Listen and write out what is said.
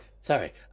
sorry